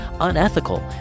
unethical